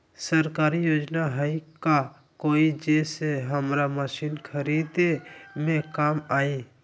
सरकारी योजना हई का कोइ जे से हमरा मशीन खरीदे में काम आई?